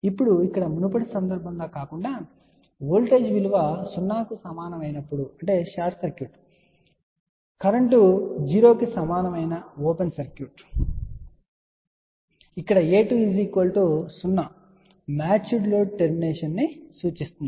ఇప్పుడు ఇక్కడ మునుపటి సందర్భం లా కాకుండా వోల్టేజ్ విలువ 0 కు సమానమైనప్పుడు షార్ట్ సర్క్యూట్ కరెంట్ 0 కి సమానమైన ఓపెన్ సర్క్యూట్ ఇక్కడ a2 0 మ్యాచ్డ్ లోడ్ టర్మినేషన్ ను సూచిస్తుంది